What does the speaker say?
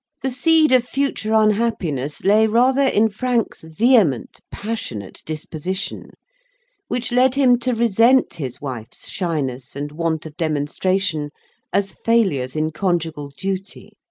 the seed of future unhappiness lay rather in frank's vehement, passionate disposition which led him to resent his wife's shyness and want of demonstration as failures in conjugal duty.